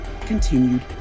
continued